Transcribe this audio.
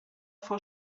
fou